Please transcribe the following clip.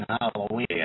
Halloween